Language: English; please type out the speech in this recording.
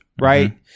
right